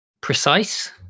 precise